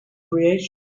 creation